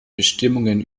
bestimmungen